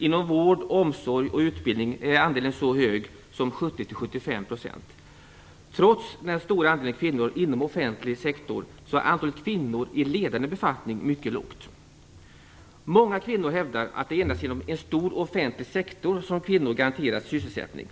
Inom vård, omsorg och utbildning är andelen så hög som 70-75 %. Trots den stora andelen kvinnor inom offentlig sektor är antalet kvinnor i ledande befattning mycket lågt. Många kvinnor hävdar att det endast är genom en stor offentlig sektor som kvinnor garanteras sysselsättning.